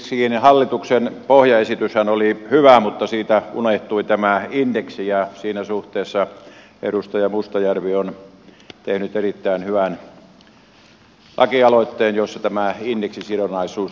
ensiksikin hallituksen pohjaesityshän oli hyvä mutta siitä unohtui tämä indeksi ja siinä suhteessa edustaja mustajärvi on tehnyt erittäin hyvän lakialoitteen jossa tämä indeksisidonnaisuus tulee tähän